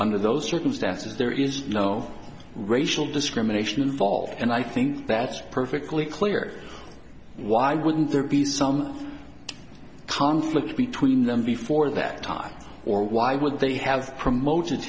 under those circumstances there is no racial discrimination involved and i think that's perfectly clear why wouldn't there be some conflict between them before that time or why would they have promoted